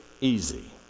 easy